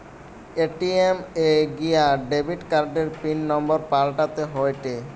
ATM এ গিয়া debit কার্ডের পিন নম্বর পাল্টাতে হয়েটে